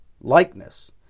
likeness